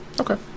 Okay